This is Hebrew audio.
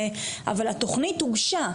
אבל התוכנית הוגשה.